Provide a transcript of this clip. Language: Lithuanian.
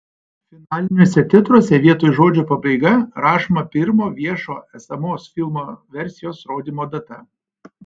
finaliniuose titruose vietoj žodžio pabaiga rašoma pirmo viešo esamos filmo versijos rodymo data